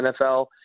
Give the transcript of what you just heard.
NFL